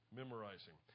memorizing